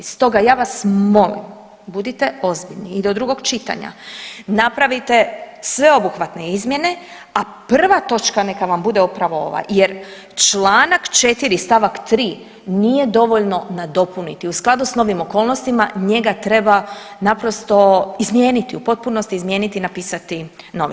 Stoga ja vas molim budite ozbiljni i do drugog čitanja napravite sveobuhvatne izmjene, a prva točka neka vam bude upravo ova jer čl. 4. st. 3. nije dovoljno nadopuniti u skladu s novim okolnostima njega treba naprosto izmijeniti u potpunosti izmijeniti i napisati novi.